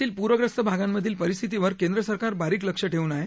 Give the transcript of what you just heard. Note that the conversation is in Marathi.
देशातील पूरख्रस्त भागामधील परिस्थितवर केंद्र सरकार बारिक लक्ष ठेवून आहे